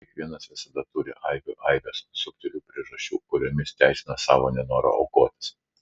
o kiekvienas visada turi aibių aibes subtilių priežasčių kuriomis teisina savo nenorą aukotis